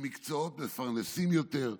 למקצועות מפרנסים יותר,